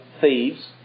thieves